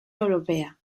europea